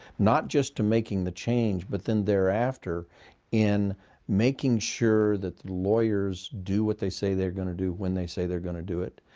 not just to making the change, but then thereafter in making sure that the lawyers do what they say they're going to do when they say they're going to do it,